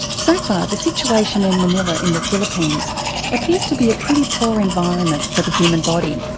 so far the situation in manila in the philippines appears to be a pretty poor environment for the human body.